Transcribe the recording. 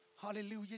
Hallelujah